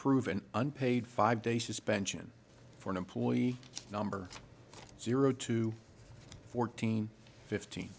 approve an unpaid five day suspension for an employee number zero to fourteen fifteen